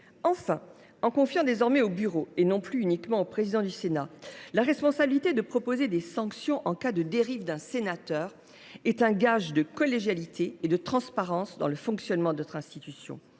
visant à confier au Bureau, et non plus uniquement au président du Sénat, la responsabilité de proposer des sanctions en cas de dérive d’un sénateur est un gage de collégialité et de transparence dans le fonctionnement de notre institution.